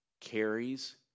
carries